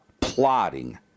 plotting